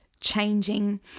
changing